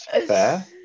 Fair